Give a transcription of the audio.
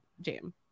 jam